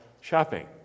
shopping